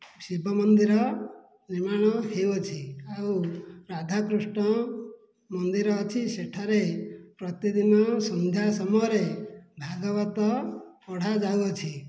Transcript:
ଶିବ ମନ୍ଦିର ନିର୍ମାଣ ହେଉଅଛି ଆଉ ରାଧାକୃଷ୍ଣ ମନ୍ଦିର ଅଛି ସେଠାରେ ପ୍ରତିଦିନ ସନ୍ଧ୍ୟା ସମୟରେ ଭାଗବତ ପଢ଼ା ଯାଉଅଛି